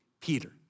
Peter